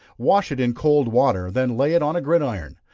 wash it in cold water, then lay it on a gridiron,